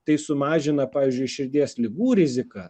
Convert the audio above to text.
tai sumažina pavyzdžiui širdies ligų riziką